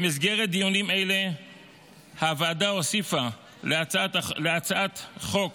במסגרת דיונים אלה הוועדה הוסיפה להצעת החוק